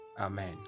Amen